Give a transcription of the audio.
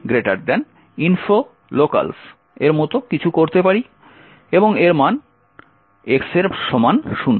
সুতরাং আমরা gdb info locals এর মত কিছু করতে পারি এবং এর মান x এর সমান শূন্য